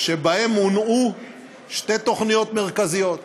שבהן הונעו שתי תוכניות מרכזיות: